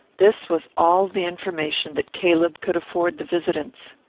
this was all the information that caleb could afford the visitants.